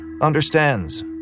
understands